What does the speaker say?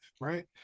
right